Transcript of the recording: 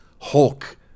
Hulk